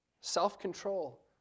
self-control